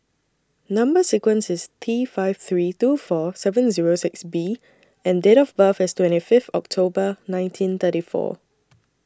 Number sequence IS T five three two four seven Zero six B and Date of birth IS twenty Fifth October nineteen thirty four